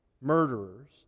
murderers